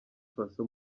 faso